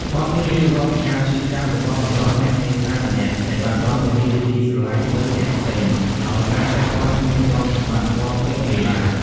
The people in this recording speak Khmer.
បទនេះរៀបរាប់ពីការឈឺចាប់របស់បុរសអ្នកនេសាទម្នាក់ ដែលបាត់បង់នារីជាទីស្រឡាញ់ទៅអ្នកផ្សេង ដោយសារតែគាត់គ្មានទ្រព្យសម្បត្តិផ្គាប់ចិត្តមេបា។